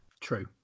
true